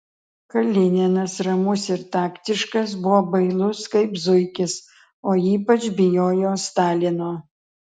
kalininas ramus ir taktiškas buvo bailus kaip zuikis o ypač bijojo stalino